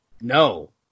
No